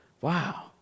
Wow